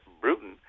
Bruton